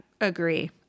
agree